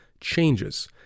changes